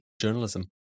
journalism